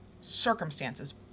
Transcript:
circumstances